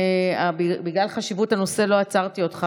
בגלל חשיבות הנושא לא עצרתי אותך,